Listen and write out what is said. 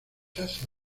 plaza